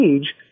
age